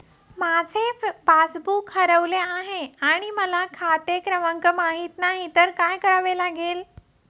माझे पासबूक हरवले आहे आणि मला खाते क्रमांक माहित नाही तर काय करावे लागेल?